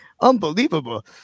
unbelievable